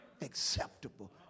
acceptable